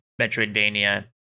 Metroidvania